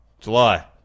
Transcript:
July